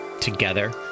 Together